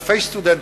אלפי סטודנטים.